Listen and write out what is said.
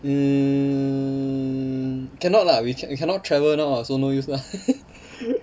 hmm cannot lah we can we cannot travel now [what] so no use lah